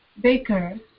baker